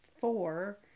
four